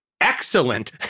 excellent